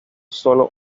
sólo